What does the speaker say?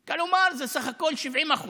כלומר, זה סך הכול 70%,